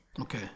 Okay